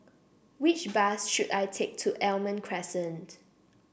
which bus should I take to Almond Crescent